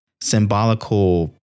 Symbolical